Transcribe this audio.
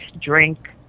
drink